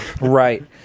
Right